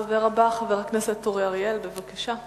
הדובר הבא, חבר הכנסת אורי אריאל, בבקשה.